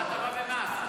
הטבה במס,